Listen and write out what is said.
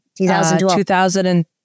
2012